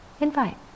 invite